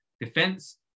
defense